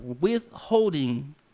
withholding